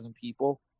people